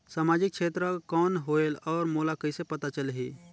समाजिक क्षेत्र कौन होएल? और मोला कइसे पता चलही?